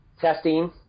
testing